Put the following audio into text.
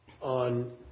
on